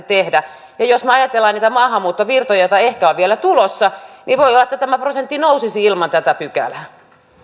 tehdä jos me ajattelemme niitä maahanmuuttovirtoja joita ehkä on vielä tulossa niin voi olla että tämä prosentti nousisi ilman tätä pykälää sitten